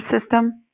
system